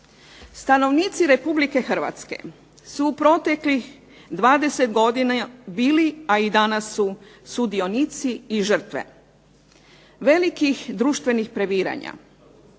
Stanovnici Republike Hrvatske su u proteklih 20 godina bili, a i danas su sudionici i žrtve velikih društvenih previranja,